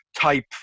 type